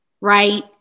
Right